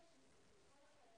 המשך ישיבת